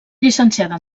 llicenciada